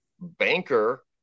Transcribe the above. banker